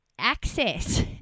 access